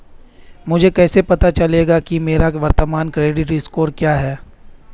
मुझे कैसे पता चलेगा कि मेरा वर्तमान क्रेडिट स्कोर क्या है?